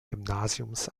gymnasiums